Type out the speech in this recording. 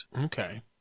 Okay